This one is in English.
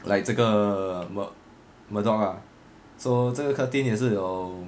like 这个 mur~ murdoch ah so 这个 curtin 也是有